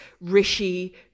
Rishi